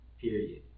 Period